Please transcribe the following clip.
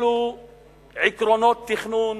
אלו עקרונות תכנון